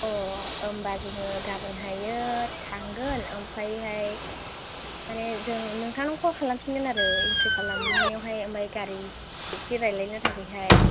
अ' होमबा जोङो गाबोनहायो थांगोन ओमफ्रायहाय माने जों नोंथांनाव खल खालामफिनगोन आरो इनथ्रि खालामनायावहाय ओमफ्राय गारि जिबसि राइज्लायनो थाखायहाय